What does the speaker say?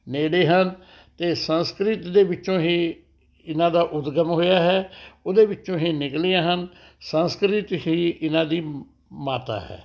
ਨੇੜੇ ਹਨ ਅਤੇ ਸੰਸਕ੍ਰਿਤ ਦੇ ਵਿੱਚੋਂ ਹੀ ਇਹਨਾਂ ਦਾ ਉਦਗਮ ਹੋਇਆ ਹੈ ਉਹਦੇ ਵਿੱਚੋਂ ਹੀ ਨਿੱਕਲੀਆਂ ਹਨ ਸੰਸਕ੍ਰਿਤ ਹੀ ਇਹਨਾਂ ਦੀ ਮਾਤਾ ਹੈ